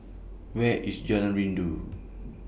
Where IS Jalan Rindu